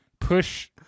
push